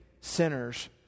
sinners